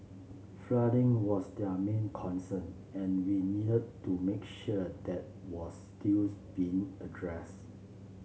flooding was their main concern and we needed to make sure that was stills being addressed